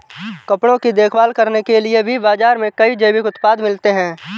कपड़ों की देखभाल करने के लिए भी बाज़ार में कई जैविक उत्पाद मिलते हैं